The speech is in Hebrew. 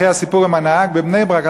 אחרי הסיפור עם הנהג בבני-ברק,